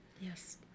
Yes